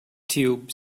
tube